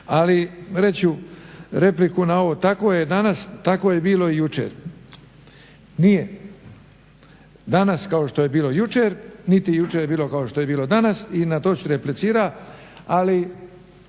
Ali, reći ću repliku na ovu. Tako je danas tako je bilo i jučer. Nije, danas kao što je bilo jučer niti jučer kao što je bilo danas i na to ću replicirat, ali